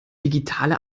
digitale